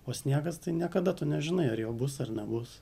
o sniegas tai niekada tu nežinai ar jo bus ar nebus